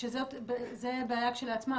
זאת בעיה לכשעצמה.